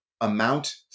amount